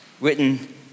written